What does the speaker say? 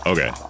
Okay